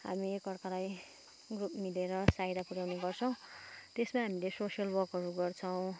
हामी एकाअर्कालाई ग्रुप मिलेर सहायता पुर्याउने गर्छौँ त्यसमा हामीले सोसियल वर्कहरू गर्छौँ